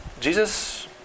Jesus